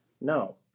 No